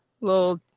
little